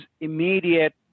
immediate